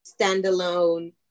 standalone